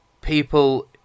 people